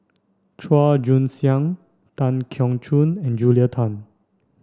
Chua Joon Siang Tan Keong Choon and Julia Tan